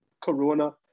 corona